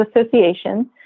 Association